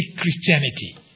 Christianity